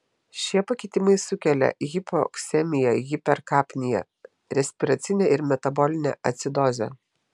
šie pakitimai sukelia hipoksemiją hiperkapniją respiracinę ir metabolinę acidozę